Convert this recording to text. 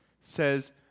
says